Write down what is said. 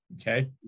okay